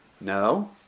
No